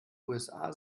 usa